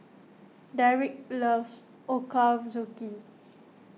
Dereck loves Ochazuke